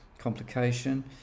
complication